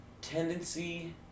tendency